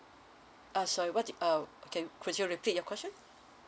uh sorry what did uh can could you repeat your question